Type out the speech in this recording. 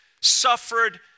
suffered